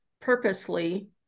purposely